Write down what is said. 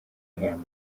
him